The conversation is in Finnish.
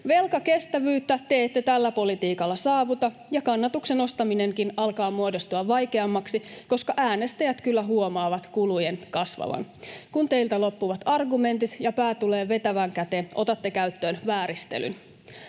Velkakestävyyttä te ette tällä politiikalla saavuta, ja kannatuksen ostaminenkin alkaa muodostua vaikeammaksi, koska äänestäjät kyllä huomaavat kulujen kasvavan. Kun teiltä loppuvat argumentit ja pää tulee vetävän käteen, otatte käyttöön vääristelyn.